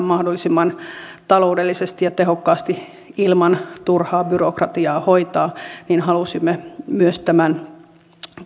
mahdollisimman taloudellisesti ja tehokkaasti ja ilman turhaa byrokratiaa hoitaa niin halusimme myös tämän